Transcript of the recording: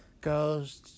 goes